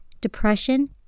depression